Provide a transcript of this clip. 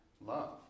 love